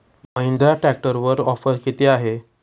महिंद्रा ट्रॅक्टरवर ऑफर किती आहे?